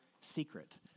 secret